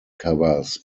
covers